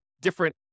different